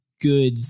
good